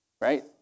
right